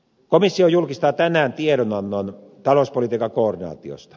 komissio julkistaa tänään tiedonannon talouspolitiikan koordinaatiosta